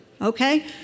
okay